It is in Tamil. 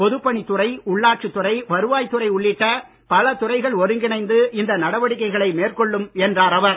பொதுப்பணித் துறை உள்ளாட்சித் துறை வருவாய்த் துறை உள்ளிட்ட பல துறைகள் ஒருங்கிணைந்து இந்த நடவடிக்கைகளை மேற்கொள்ளும் என்றார் அவர்